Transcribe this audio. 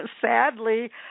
Sadly